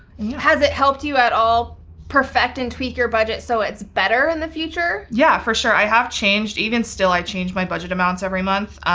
has it helped you at all perfect and tweak your budget so it's better in the future? yeah, for sure, i have changed, even still, i change my budget amounts every month,